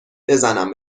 بزنم